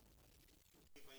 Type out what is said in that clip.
Děkuji.